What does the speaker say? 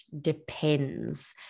depends